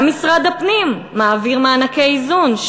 גם משרד הפנים מעביר מענקי איזון.